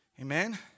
Amen